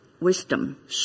Wisdom